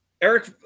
Eric